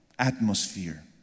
atmosphere